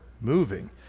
moving